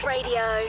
Radio